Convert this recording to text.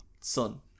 son